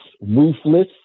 ruthless